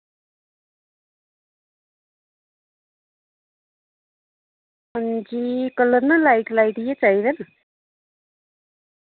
अंजी कलर ना light light गै चाहिदे न